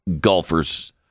Golfers